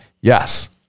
yes